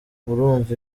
urumva